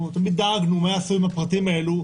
תמיד דאגנו מה יעשו עם הפרטים האלה,